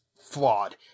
flawed